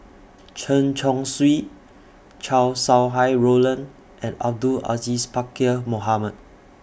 Chen Chong Swee Chow Sau Hai Roland and Abdul Aziz Pakkeer Mohamed